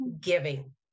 giving